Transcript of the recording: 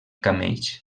camells